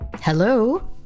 Hello